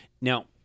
Now